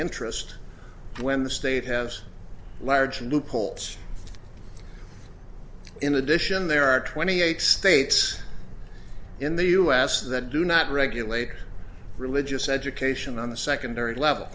interest when the state has large loopholes in addition there are twenty eight states in the us that do not regulate religious education on the secondary level